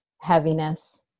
heaviness